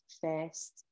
first